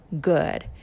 good